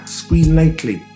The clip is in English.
screenlately